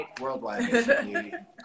worldwide